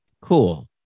cool